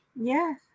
Yes